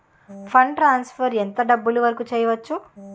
Fund transfer ఎంత డబ్బు వరుకు చేయవచ్చు?